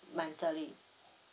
mentally